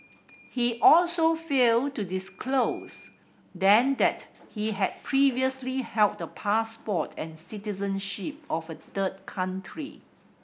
he also failed to disclose then that he had previously held the passport and citizenship of a third country